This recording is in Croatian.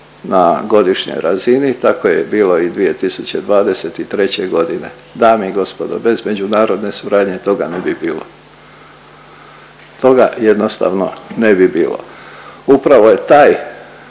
na godišnjoj razini. Tako je bilo i 2023. godine. Dame i gospodo, bez međunarodne suradnje toga ne bi bilo. Toga jednostavno ne bi bilo. Upravo je taj